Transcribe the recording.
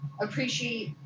appreciate